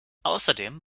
außerdem